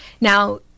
Now